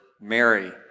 Mary